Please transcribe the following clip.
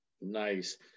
Nice